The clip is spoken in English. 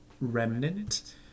remnant